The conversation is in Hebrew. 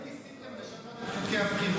שכחת שאתם ניסיתם לשנות את חוקי הבחירות,